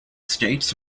states